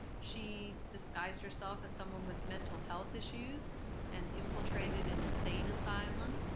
she disguised herself as someone with mental-health issues and infiltrated an insane asylum.